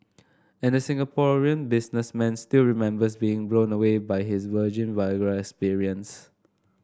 and the Singaporean businessman still remembers being blown away by his virgin Viagra experience